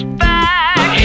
back